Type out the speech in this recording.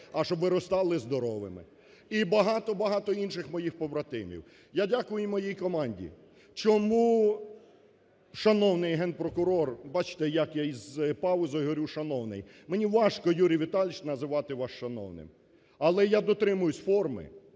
а щоб виростали здоровими і багато-багато інших моїх побратимів, я дякую і моїй команді. Чому, шановний Генпрокурор, бачите, як я із паузою говорю шановний, мені важко, Юрій Віталійович, називати вас шановним, але я дотримуюся форми.